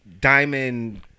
Diamond